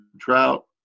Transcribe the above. Trout